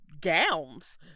gowns